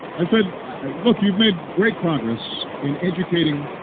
i said look you've made great progress in educating